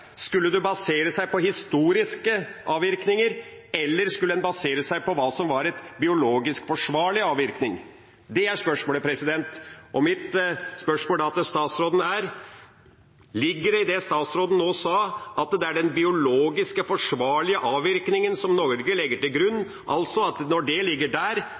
Skulle det basere seg på historiske avvirkninger, eller skulle en basere seg på hva som var en biologisk forsvarlig avvirkning? Det er spørsmålet. Og mitt spørsmål til statsråden er da: Ligger det i det statsråden nå sa, at det er den biologisk forsvarlige avvirkningen Norge legger til grunn – altså at når det ligger der,